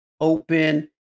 open